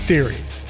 Series